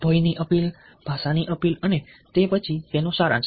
ભયની અપીલ ભાષાની અપીલ અને તે પછી તેનો સારાંશ